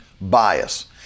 bias